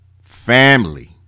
family